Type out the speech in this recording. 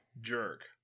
jerk